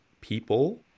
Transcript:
people